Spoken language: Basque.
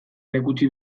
erakutsi